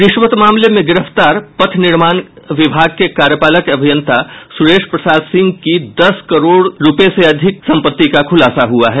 रिश्वत मामले में गिरफ्तार पथ निर्माण विभाग के कार्यपालक अभियंता सुरेश प्रसाद सिंह के दस करोड़ रूपये से अधिक संपत्ति का खुलासा हुआ है